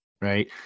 right